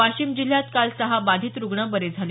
वाशिम जिल्ह्यात काल सहा बाधित रुग्ण बरे झाले